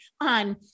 on